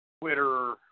Twitter